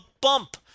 bump